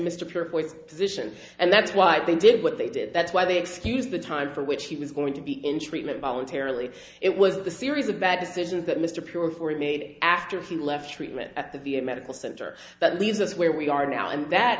mr pure for its position and that's why they did what they did that's why they excused the time for which he was going to be in treatment voluntarily it was the series of bad decisions that mr pure ford made after he left treatment at the v a medical center that leaves us where we are now and that